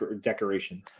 decoration